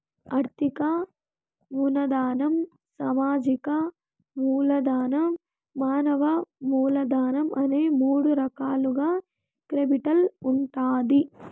ఆర్థిక మూలధనం, సామాజిక మూలధనం, మానవ మూలధనం అనే మూడు రకాలుగా కేపిటల్ ఉంటాది